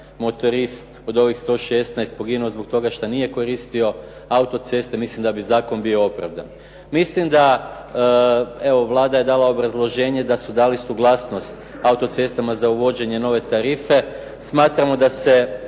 motorist od ovih 116 poginuo zbog toga što nije koristio autoceste, mislim da bi zakon bio opravdan. Mislim da, evo Vlada je dala obrazloženje da su dali suglasnost autocestama za uvođenje nove tarife, smatramo da se